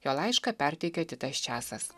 jo laišką perteikia titas česas